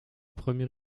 premier